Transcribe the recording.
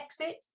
exit